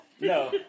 No